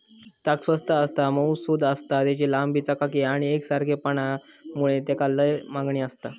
ताग स्वस्त आसता, मऊसुद आसता, तेची लांबी, चकाकी आणि एकसारखेपणा मुळे तेका लय मागणी आसता